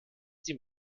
die